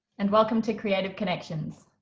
and welcome to creative connections.